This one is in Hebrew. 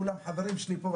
כולם חברים שלי פה,